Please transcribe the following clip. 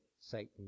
Satan